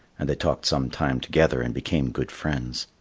and they talked some time together and became good friends.